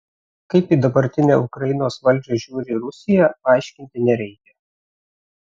kaip į dabartinę ukrainos valdžią žiūri rusija aiškinti nereikia